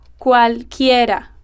cualquiera